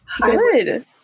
Good